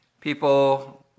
people